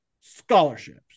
scholarships